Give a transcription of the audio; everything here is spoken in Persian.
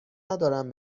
ندارم